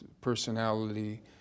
personality